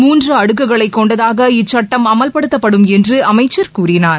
மூன்று அடுக்குகளைக் கொண்டதாக இச்சட்டம் அமல்படுத்தப்படும் என்று அமைச்சர் கூறினார்